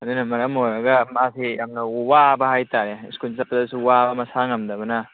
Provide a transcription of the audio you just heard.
ꯑꯗꯨꯅ ꯃꯔꯝ ꯑꯣꯏꯔꯒ ꯃꯥꯁꯤ ꯌꯥꯝꯅ ꯋꯥꯕ ꯍꯥꯏꯇꯔꯦ ꯁ꯭ꯀꯨꯜ ꯆꯠꯄꯗꯁꯨ ꯋꯥꯕ ꯃꯁꯥ ꯉꯝꯗꯕꯅ